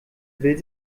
will